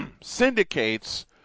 syndicates